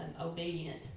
obedient